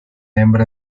hembra